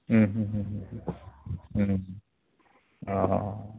अ अ